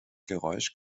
geräusch